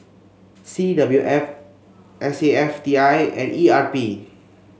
C W F S A F T I and E R P